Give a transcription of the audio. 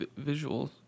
visuals